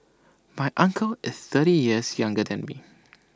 my uncle is thirty years younger than me